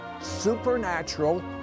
supernatural